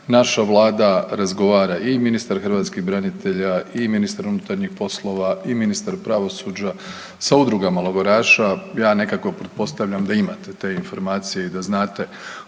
naša vlada razgovara, i ministar hrvatskih branitelja i ministar unutarnjih poslova i ministar pravosuđa sa udrugama logoraša. Ja nekako pretpostavljam da imate te informacije i da znate